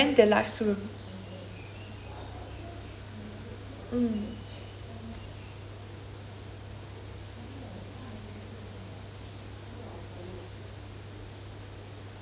mm